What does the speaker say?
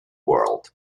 world